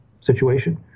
situation